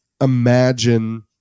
imagine